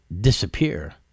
disappear